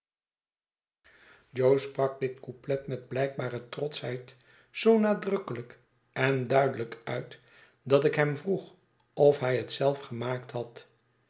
jo sprak dit couplet metblijkbare trotschheid zoo nadrukkelijk en duidelijk uit dat ik hem vroeg of hij het zelf gemaakt had